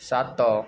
ସାତ